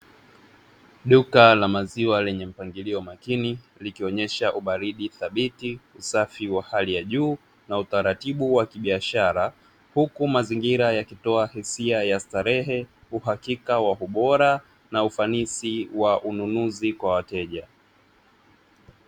Duka la maziwa lenye mpangilio wa makini likionesha ubaridi habiti, usai wa hali ya juu na utaratibu wa kibiashara huku mazingira yakitoa hisia ya starehe, uhakika wa ubora na ufanisi wa ununuzi kwa wateja.